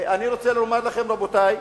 ואני רוצה לומר לכם, רבותי,